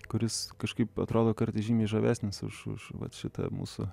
kuris kažkaip atrodo kartais žymiai žavesnis už už vat šitą mūsų